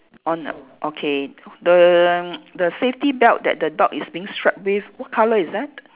on okay the the safety belt that the dog is being strapped with what colour is that